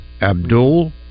Abdul